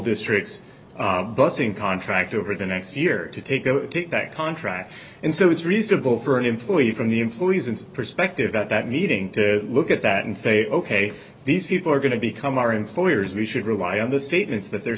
district's bussing contract over the next year to take that contract and so it's reasonable for an employee from the employees and perspective at that meeting to look at that and say ok these people are going to become our employers we should rely on the statements that they're